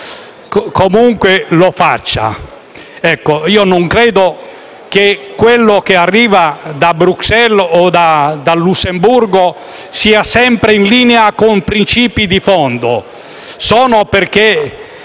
Io non credo che ciò che arriva da Bruxelles o dal Lussemburgo sia sempre in linea con alcuni principi di fondo.